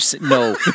no